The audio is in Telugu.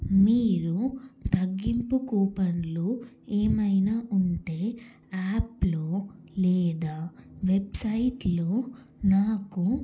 మీరు తగ్గింపు కూపన్లు ఏమైనా ఉంటే యాప్లో లేదా వెబ్సైట్లో నాకు